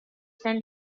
san